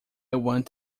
want